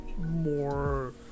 more